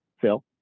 Phil